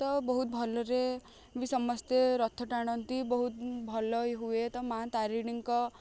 ତ ବହୁତ ଭଲରେ ବି ସମସ୍ତେ ରଥ ଟାଣନ୍ତି ବହୁତ ଭଲ ହୁଏ ତ ମାଁ ତାରିଣୀଙ୍କ